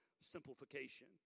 simplification